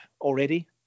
already